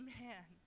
man